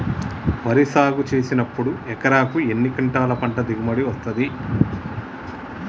వరి సాగు చేసినప్పుడు ఎకరాకు ఎన్ని క్వింటాలు పంట దిగుబడి వస్తది?